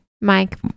Mike